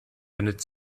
wendet